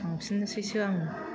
थांफिननोसैसो आङो